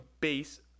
base